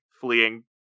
fleeing